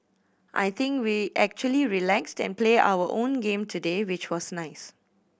I think we actually relaxed and play our own game today which was nice